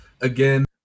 again